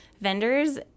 vendors